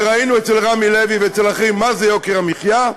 וראינו אצל רמי לוי ואצל אחרים מה זה יוקר המחיה.